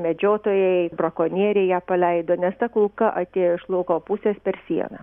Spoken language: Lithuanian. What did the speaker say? medžiotojai brakonieriai ją paleido nes ta kulka atėjo iš lauko pusės per sieną